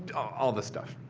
all this stuff.